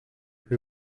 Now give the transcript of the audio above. who